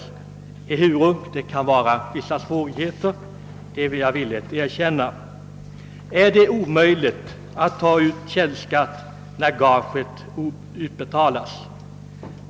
Jag skall dock villigt erkänna att vissa svårigheter kan uppstå. Är det omöjligt att ta ut källskatt samtidigt som gaget utbetalas?